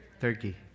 Turkey